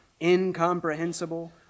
incomprehensible